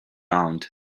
round